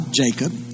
Jacob